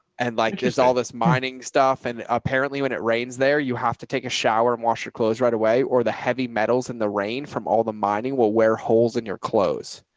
and like there's all this mining stuff. and apparently when it rains there, you have to take a shower and wash your clothes right away. or the heavy metals in the rain from all the mining will wear holes in your clothes.